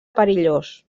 perillós